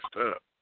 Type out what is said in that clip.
up